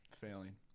failing